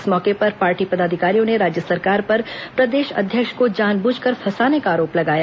इस मौके पर पार्टी पदाधिकारियों ने राज्य सरकार पर प्रदेश अध्यक्ष को जानबूझ कर फंसाने का आरोप लगाया